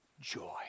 joy